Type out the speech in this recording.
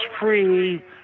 free